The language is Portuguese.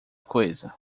coisa